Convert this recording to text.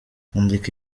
andika